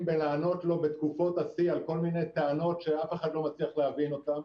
בלענות לו בתקופות השיא על כל מחני טענות שאף אחד לא מצליח להבין אותן,